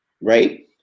right